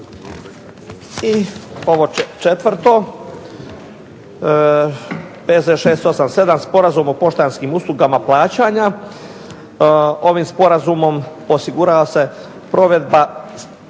I ovo četvrto, P.Z. 687. Sporazum o poštanskim uslugama plaćanja. Ovim sporazumom osigurava se provedba